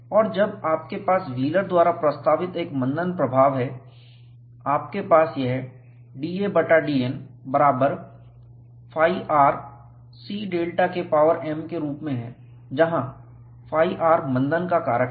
और जब आपके पास व्हीलर द्वारा प्रस्तावित एक मंदन प्रभाव हैआपके पास यह da बटा dN बराबर φR C ΔK power m के रूप में है जहां φR मंदन का कारक है